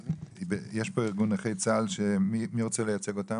יש פה את ארגון נכי צה"ל, מי רוצה לייצג אותם?